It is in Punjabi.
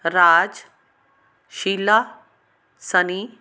ਰਾਜ ਸ਼ੀਲਾ ਸਨੀ